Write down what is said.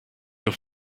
your